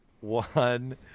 one